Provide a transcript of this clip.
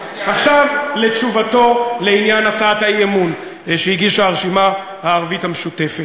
עכשיו לתשובה לעניין הצעת האי-אמון שהגישה הרשימה הערבית המשותפת.